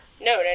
no